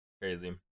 Crazy